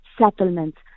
settlements